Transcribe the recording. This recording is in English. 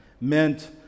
meant